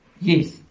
Yes